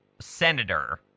senator